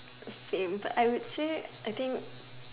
fame but I would say I think